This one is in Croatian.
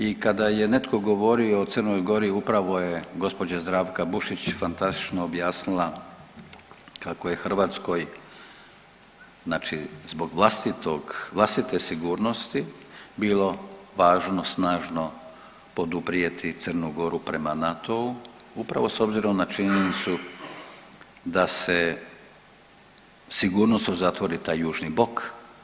I kada je netko govorio o Crnoj Gori, upravo je gospođa Zdravka Bušić fantastično objasnila kako je Hrvatskoj znači zbog vlastitog, vlastite sigurnosti bilo važno snažno poduprijeti Crnu Goru prema NATO-u upravo s obzirom na činjenicu da se sigurnosno zatvori taj južni bok.